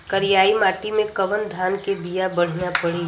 करियाई माटी मे कवन धान के बिया बढ़ियां पड़ी?